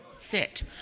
Sit